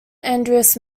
andres